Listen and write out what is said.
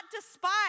despise